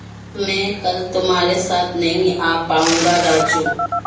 मैं कल तुम्हारे साथ नहीं आ पाऊंगा राजू